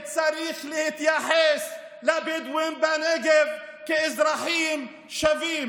צריך להתייחס לבדואים בנגב כאזרחים שווים.